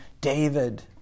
David